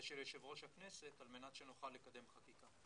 ושל יושב-ראש הכנסת, על מנת שנוכל לקדם חקיקה.